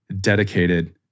dedicated